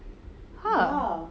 !huh!